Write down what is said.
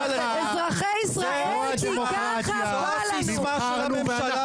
אזרחי ישראל כי "ככה בא לנו".